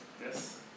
Yes